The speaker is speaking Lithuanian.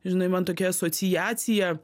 žinai man tokia asociacija